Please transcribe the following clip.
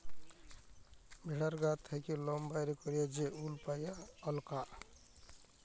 ভেড়ার গা থ্যাকে লম বাইর ক্যইরে যে উল পাই অল্পাকা